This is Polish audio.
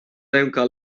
ręka